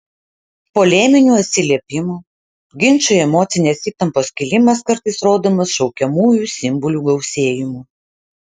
poleminių atsiliepimų ginčų emocinės įtampos kilimas kartais rodomas šaukiamųjų simbolių gausėjimu